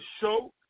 show